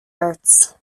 arts